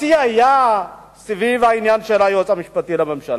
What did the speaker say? השיא היה סביב העניין של היועץ המשפטי לממשלה.